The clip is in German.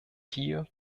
hier